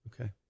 okay